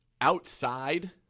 outside